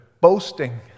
boasting